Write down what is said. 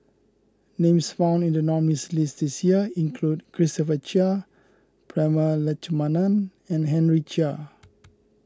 names found in the nominees' list this year include Christopher Chia Prema Letchumanan and Henry Chia